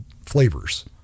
flavors